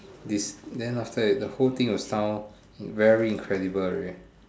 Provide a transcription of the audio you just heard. this then after that the whole thing will sound very incredible already